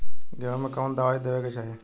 गेहूँ मे कवन दवाई देवे के चाही?